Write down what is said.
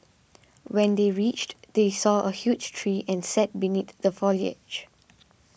when they reached they saw a huge tree and sat beneath the foliage